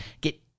get